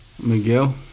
Miguel